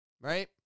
right